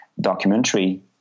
documentary